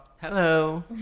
hello